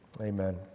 Amen